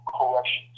corrections